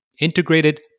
integrated